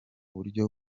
buryo